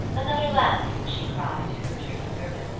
another lamp, she cried to the retreating servant,